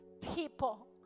people